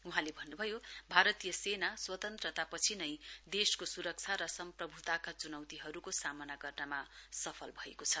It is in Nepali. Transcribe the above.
वहाँले भन्नुभयो भारतीय सेना स्वतन्त्रतापछि नै देशको सुरक्षा र सम्प्रभुताका चुनौतीहरुको सामना गर्नमा सफल भएको छ